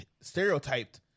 stereotyped